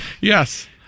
Yes